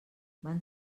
van